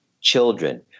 children